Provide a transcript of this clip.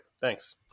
Thanks